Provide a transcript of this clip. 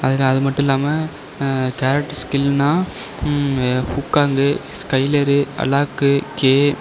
அதில் அது மட்டும் இல்லாமல் கேரக்டர் ஸ்கில்னால் உக்காங் ஸ்கைலரு அலாக்கு கே